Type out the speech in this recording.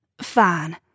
Fine